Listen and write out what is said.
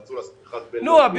רצו לעשות מכרז בין-לאומי.